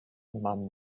nemám